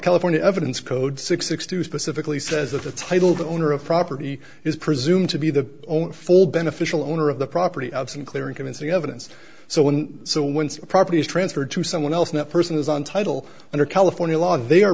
california evidence code six six two specifically says that the title the owner of property is presumed to be the owner full beneficial owner of the property absent clear and convincing evidence so when so when a property is transferred to someone else and that person is on title under california law they are